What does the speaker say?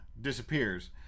Disappears